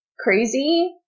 crazy